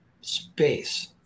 space